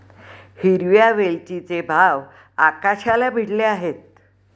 हिरव्या वेलचीचे भाव आकाशाला भिडले आहेत